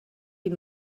die